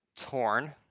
torn